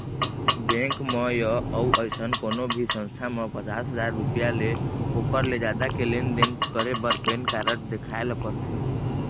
bank म य अउ अइसन कोनो भी संस्था म पचास हजाररूपिया य ओखर ले जादा के लेन देन करे बर पैन कारड देखाए ल परथे